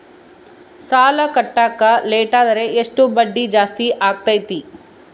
ಸಾಲ ಕಟ್ಟಾಕ ಲೇಟಾದರೆ ಎಷ್ಟು ಬಡ್ಡಿ ಜಾಸ್ತಿ ಆಗ್ತೈತಿ?